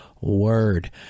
Word